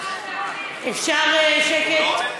אפשר שקט?